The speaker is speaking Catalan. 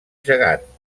gegant